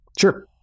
Sure